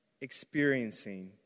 experiencing